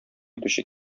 итүче